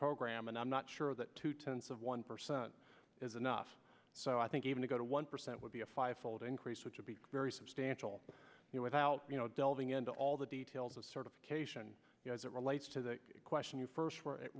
program and i'm not sure that two tenths of one percent is enough so i think even to go to one percent would be a five fold increase which would be very substantial without you know delving into all the details of certification as it relates to the question you first